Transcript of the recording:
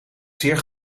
zeer